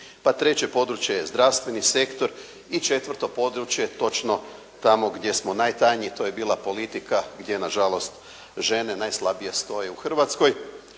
treće područje je zdravstveni sektor. I četvrto područje točno tamo gdje smo najtanji, to je bila politika gdje na žalost žene najslabije stoje u Hrvatskoj